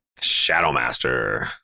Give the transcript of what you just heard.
Shadowmaster